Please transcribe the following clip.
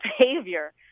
behavior